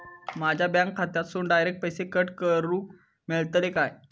माझ्या बँक खात्यासून डायरेक्ट पैसे कट करूक मेलतले काय?